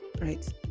right